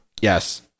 Yes